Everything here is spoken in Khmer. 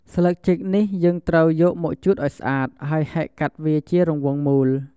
ស្លឹកចេក នេះយើងត្រូវយកមកជូតឱ្យស្អាត ហើយហែកកាត់វាជារាងរង្វង់មូល។